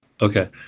Okay